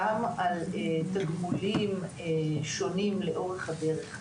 שיכלול תגמולים שונים לאורך הדרך,